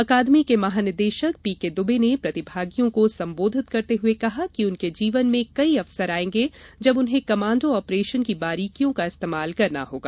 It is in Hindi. अकादमी के महानिदेशक पीकेदुबे ने प्रतिभागियों को संबोधित करते हुए कहा कि उनके जीवन में कई अवसर आयेंगे जब उन्हें कमाण्डो आपरेशन की बारीकियों का इस्तेमाल करना होगा